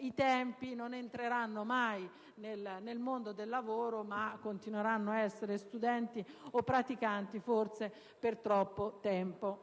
i tempi essi non entreranno mai nel mondo del lavoro, ma continueranno ad essere studenti o praticanti forse per troppo tempo.